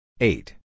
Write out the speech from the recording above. Eight